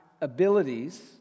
abilities